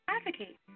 Advocate